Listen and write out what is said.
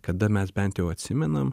kada mes bent jau atsimenam